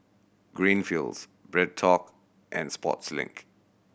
Greenfields BreadTalk and Sportslink